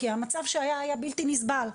כי המצב שהיה הוא היה בלתי נסבל.